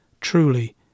Truly